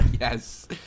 Yes